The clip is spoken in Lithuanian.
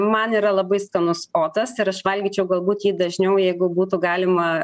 man yra labai skanus otas ir aš valgyčiau galbūt jį dažniau jeigu būtų galima